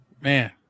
Man